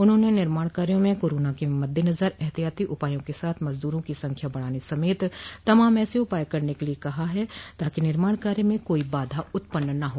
उन्होंने निर्माण कार्यो में कोरोना के मद्देनजर एहतियाती उपायों के साथ मजदूरों की संख्या बढ़ाने समेत तमाम ऐसे उपाय करने के लिए कहा है ताकि निर्माण कार्य में कोई बाधा उत्पन्न न हो